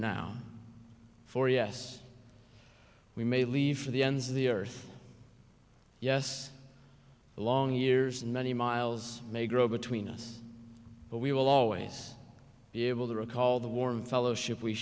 now for yes we may leave for the ends of the earth yes the long years and many miles may grow between us but we will always be able to recall the warm fellowship we